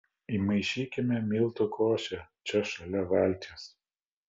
įmaišykime miltų košę čia šalia valties